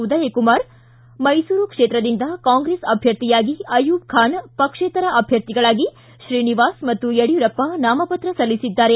ಉದಯಕುಮಾರ ಮೈಸೂರು ಕ್ಷೇತ್ರದಿಂದ ಕಾಂಗ್ರೆಸ್ ಅಭ್ಯರ್ಥಿಯಾಗಿ ಅಯುಬ್ ಖಾನ್ ಪಕ್ಷೇತರ ಅಭ್ಯರ್ಥಿಗಳಾಗಿ ಶ್ರೀನಿವಾಸ ಮತ್ತು ಯಡ್ಕೂರಪ್ಪ ನಾಮಪತ್ರ ಸಲ್ಲಿಸಿದ್ದಾರೆ